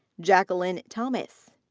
jacqueline thomas.